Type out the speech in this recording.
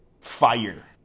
Fire